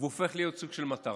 הוא הופך להיות סוג של מטרה.